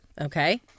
Okay